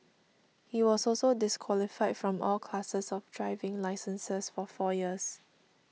he was also disqualified from all classes of driving licenses for four years